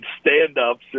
stand-ups